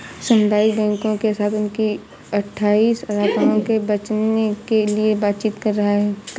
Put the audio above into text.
सामुदायिक बैंकों के साथ उनकी अठ्ठाइस शाखाओं को बेचने के लिए बातचीत कर रहा है